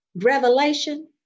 Revelation